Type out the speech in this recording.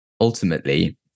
Ultimately